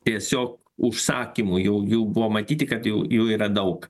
tiesiog užsakymų jau jau buvo matyti kad jau jų yra daug